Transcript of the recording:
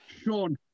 Sean